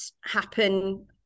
happen